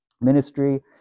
ministry